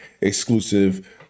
exclusive